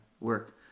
Work